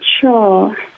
sure